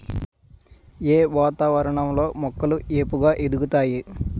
ఏ వాతావరణం లో మొక్కలు ఏపుగ ఎదుగుతాయి?